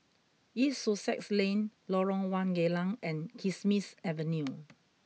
East Sussex Lane Lorong one Geylang and Kismis Avenue